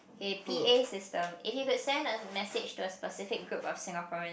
the p_a system if you could send a message to a specific group of Singaporeans